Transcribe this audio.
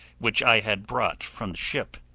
which i had brought from the ship.